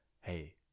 hey